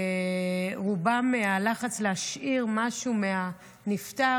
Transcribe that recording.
שרובן עשו את התהליך מהלחץ להשאיר משהו מהנפטר.